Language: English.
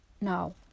Now